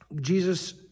Jesus